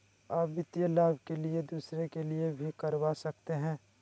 आ वित्तीय लाभ के लिए दूसरे के लिए भी करवा सकते हैं?